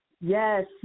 Yes